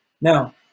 now